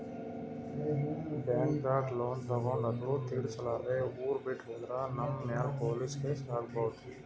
ಬ್ಯಾಂಕ್ದಾಗ್ ಲೋನ್ ತಗೊಂಡ್ ಅದು ತಿರ್ಸಲಾರ್ದೆ ಊರ್ ಬಿಟ್ಟ್ ಹೋದ್ರ ನಮ್ ಮ್ಯಾಲ್ ಪೊಲೀಸ್ ಕೇಸ್ ಆಗ್ಬಹುದ್